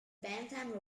bantam